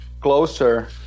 closer